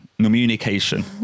Communication